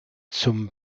zum